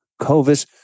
COVID